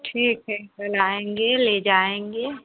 ठीक है कल आएँगें ले जाएँगे